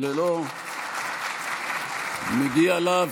מגיע לה,